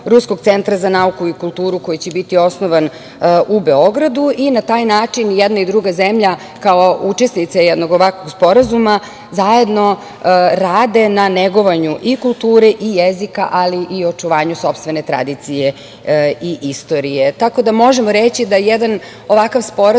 Ruskog centra za nauku i kulturu koji će biti osnovan u Beogradu i na taj način jedna i druga zemlja, kao učesnice ovakvog sporazuma, zajedno rade na negovanju i kulture i jezika, ali i očuvanju sopstvene tradicije i istorije. Možemo reći da jedan ovakav sporazum